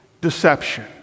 deception